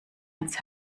ans